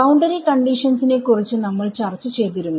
boundary conditions നെ കുറിച്ച് നമ്മൾ ചർച്ച ചെയ്തിരുന്നു